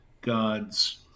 God's